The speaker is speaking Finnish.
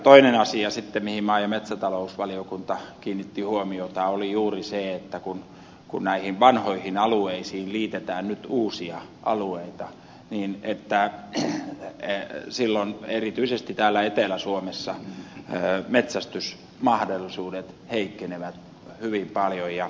toinen asia sitten mihin maa ja metsätalousvaliokunta kiinnitti huomiota oli juuri se että kun näihin vanhoihin alueisiin liitetään nyt uusia alueita niin että se että sillä silloin erityisesti täällä etelä suomessa metsästysmahdollisuudet heikkenevät hyvin paljon